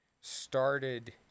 started